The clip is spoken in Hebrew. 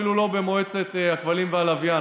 אפילו לא במועצת הכבלים והלוויין.